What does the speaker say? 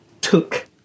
took